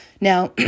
Now